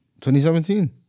2017